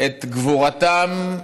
את גבורתם,